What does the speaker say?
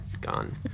gone